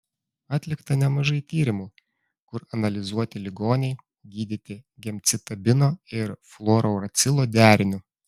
atlikta nemažai tyrimų kur analizuoti ligoniai gydyti gemcitabino ir fluorouracilo deriniu